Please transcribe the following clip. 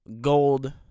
gold